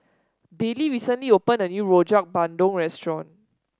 Bailey recently opened a new Rojak Bandung restaurant